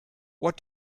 what